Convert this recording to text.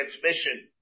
transmission